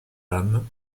âmes